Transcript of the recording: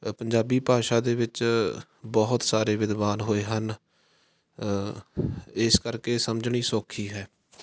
ਪੰਜਾਬੀ ਭਾਸ਼ਾ ਦੇ ਵਿੱਚ ਬਹੁਤ ਸਾਰੇ ਵਿਦਵਾਨ ਹੋਏ ਹਨ ਇਸ ਕਰਕੇ ਸਮਝਣੀ ਸੌਖੀ ਹੈ